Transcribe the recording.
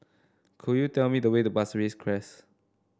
could you tell me the way to Pasir Ris Crest